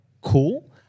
cool